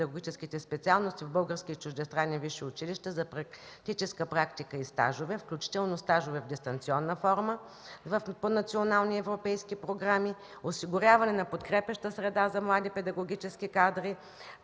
педагогическите специалности в български и чуждестранни висши училища за практическа практика и стажове, включително стажове в дистанционнна форма върху национални европейски програми; осигуряване на подкрепяща среда за млади педагогически кадри